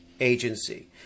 agency